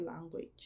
language